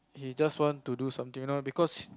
he just want to do something now because